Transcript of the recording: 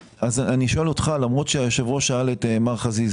שואל אותך למרות שהיושב-ראש שאל את מר חזיז